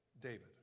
David